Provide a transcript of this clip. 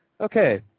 Okay